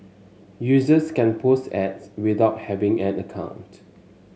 users can post ads without having an account